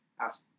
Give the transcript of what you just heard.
ask